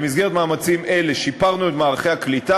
במסגרת מאמצים אלה שיפרנו את מערכי הקליטה